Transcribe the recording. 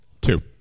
Two